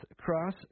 cross